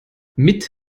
mit